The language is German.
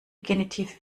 genitiv